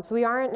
so we aren't